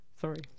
Sorry